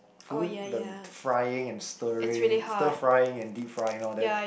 food the the frying and stirring stir frying and deep frying all that